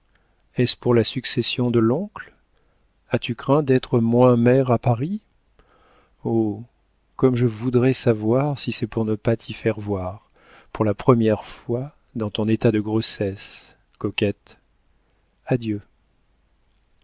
est-ce pour la succession de l'oncle as-tu craint d'être moins mère à paris oh comme je voudrais savoir si c'est pour ne pas t'y faire voir pour la première fois dans ton état de grossesse coquette adieu